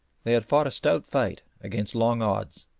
they had fought a stout fight against long odds,